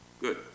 Good